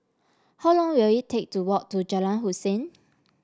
how long will it take to walk to Jalan Hussein